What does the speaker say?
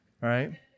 right